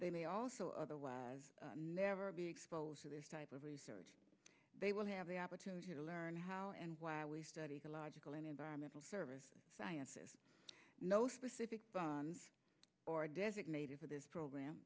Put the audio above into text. they may also otherwise never be exposed to this type of research they will have the opportunity to learn how and why we study the logical and environmental service sciences no specific bonds or designated for this program